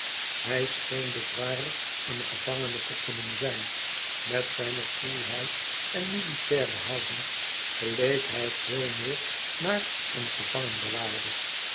hij scheen bezwaarlijk een gevangene te kunnen zijn met zijne koelheid en militaire houding geleek hij veel meer naar een